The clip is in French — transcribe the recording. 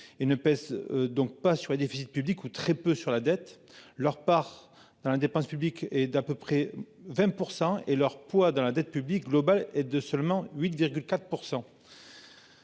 et ne pèse donc pas sur les déficits publics ou très peu sur la dette. Leur part dans la dépense publique et d'à peu près 20% et leur poids dans la dette publique globale est de seulement 8,4%.--